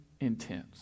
intense